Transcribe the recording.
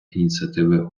ініціативи